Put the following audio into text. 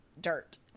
dirt